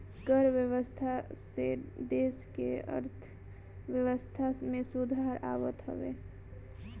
कर व्यवस्था से देस के अर्थव्यवस्था में सुधार आवत हवे